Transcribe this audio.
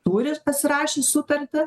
turi pasirašęs sutartį